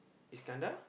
Iskandar